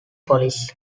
police